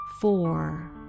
four